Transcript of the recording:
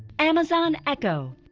amazon echo.